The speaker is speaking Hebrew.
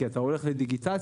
כי אתה הולך לדיגיטציה.